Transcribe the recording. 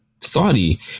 Saudi